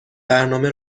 برنامه